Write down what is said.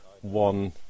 one